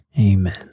Amen